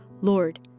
Lord